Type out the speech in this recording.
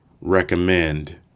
recommend